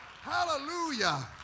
Hallelujah